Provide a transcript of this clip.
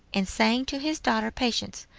and saying to his daughter patience,